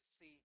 see